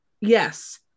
Yes